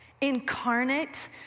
incarnate